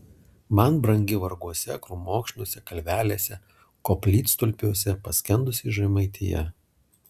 man brangi varguose krūmokšniuose kalvelėse koplytstulpiuose paskendusi žemaitija